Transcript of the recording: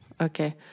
Okay